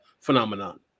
phenomenon